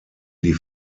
die